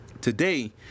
Today